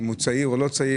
אם אדם צעיר או לא צעיר,